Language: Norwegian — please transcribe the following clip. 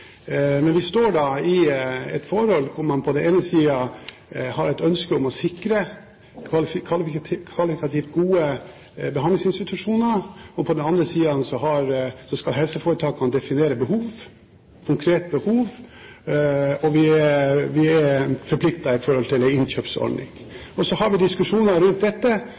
Men vi står i et forhold hvor det på den ene siden er et ønske om å sikre kvalitativt gode behandlingsinstitusjoner. På den andre siden skal helseforetakene definere behov – konkret behov – og vi er forpliktet i forhold til en innkjøpsordning. Og så har vi diskusjoner rundt hvordan vi kan løse dette